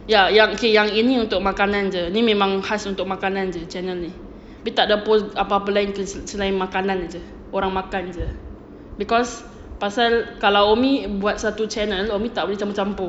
ya yang K yang ini untuk makanan jer ni memang khas untuk makanan jer channel ni dia takde post apa-apa lagi selain makanan jer orang makan because pasal kalau umi buat satu channel umi tak boleh campur-campur